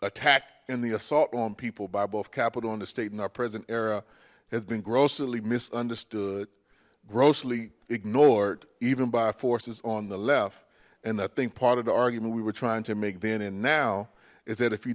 attack and the assault on people by both capitol in the statement our present era has been grossly misunderstood grossly ignored even by forces on the left and i think part of the argument we were trying to make then and now is that if you